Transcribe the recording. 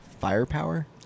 Firepower